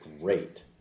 great